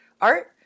art